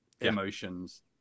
emotions